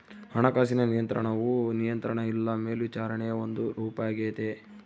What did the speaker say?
ಹಣಕಾಸಿನ ನಿಯಂತ್ರಣವು ನಿಯಂತ್ರಣ ಇಲ್ಲ ಮೇಲ್ವಿಚಾರಣೆಯ ಒಂದು ರೂಪಾಗೆತೆ